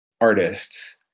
artists